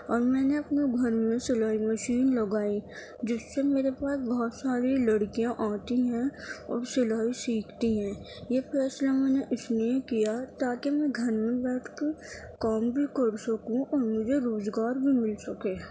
اور میں نے اپنے گھر میں سلائی مشین لگائی جس سے میرے پاس بہت ساری لڑکیاں آتی ہیں اور سلائی سیکھتی ہیں یہ فیصلہ میں نے اس لیے کیا تاکہ میں گھر میں بیٹھ کر کام بھی کر سکوں اور مجھے روزگار بھی مل سکے